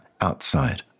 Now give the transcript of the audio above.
outside